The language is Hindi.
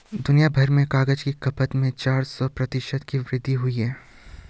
दुनियाभर में कागज की खपत में चार सौ प्रतिशत की वृद्धि हुई है